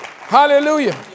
Hallelujah